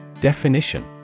Definition